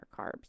carbs